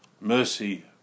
mercy